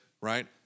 right